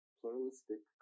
pluralistic